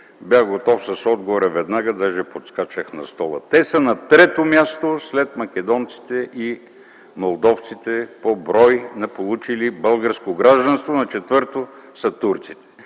бях готов с отговор веднага, даже подскачах на стола. Те са на трето място след македонците и молдовците по брой на получили българско гражданство, на четвърто са турците.